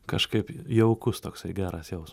kažkaip jaukus toksai geras jaus